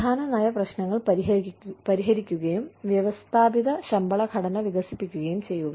പ്രധാന നയ പ്രശ്നങ്ങൾ പരിഹരിക്കുകയും വ്യവസ്ഥാപിത ശമ്പള ഘടന വികസിപ്പിക്കുകയും ചെയ്യുക